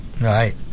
Right